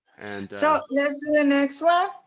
so let's do the next one.